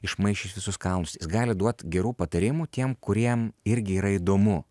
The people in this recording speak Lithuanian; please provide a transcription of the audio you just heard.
išmaišęs visus kalnus jis gali duot gerų patarimų tiem kuriem irgi yra įdomu